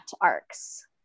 arcs